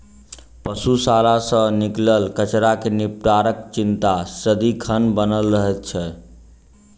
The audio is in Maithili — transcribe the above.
पशुशाला सॅ निकलल कचड़ा के निपटाराक चिंता सदिखन बनल रहैत छै